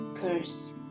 curse